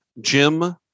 Jim